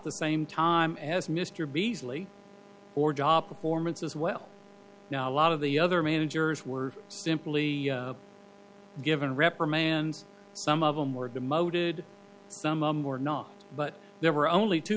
same time as mr beasley or job performance as well now a lot of the other managers were simply given a reprimand some of them were demoted some a more not but there were only two